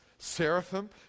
Seraphim